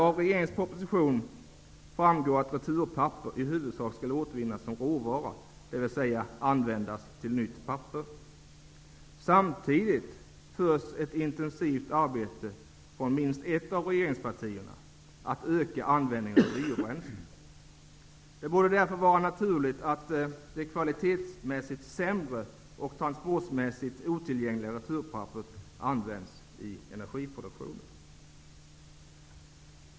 Av regeringens proposition framgår att returpapper i huvudsak skall återvinnas som råvara, dvs. att returpappret skall bli nytt papper. Samtidigt utförs ett intensivt arbete från minst ett av regeringspartierna för att öka användningen av biobränslen. Det borde därför vara naturligt att använda det kvalitetsmässigt sämre och transportmässigt otillgängligare returpappret i energiproduktionen.